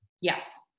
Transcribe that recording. Yes